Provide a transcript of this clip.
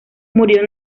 murió